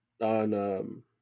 on